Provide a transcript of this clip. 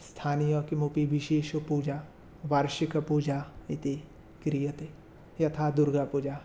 स्थानीया किमपि विशेषपूजा वार्षिकपूजा इति क्रियते यथा दुर्गापूजा